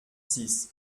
six